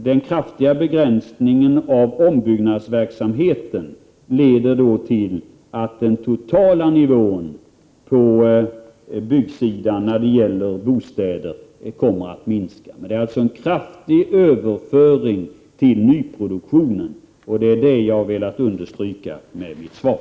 Den kraftiga begränsningen av ombyggnadsverksamheten leder till att den totala nivån på byggsidan när det gäller bostäder kommer att sjunka. Det är alltså en kraftig överföring till nyproduktionen. Detta har jag velat understryka med mitt svar.